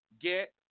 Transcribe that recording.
get